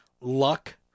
luck